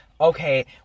okay